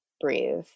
breathe